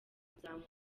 kuzamura